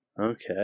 Okay